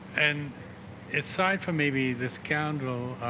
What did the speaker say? and aside from maybe the scoundrel